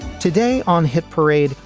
today on hit parade,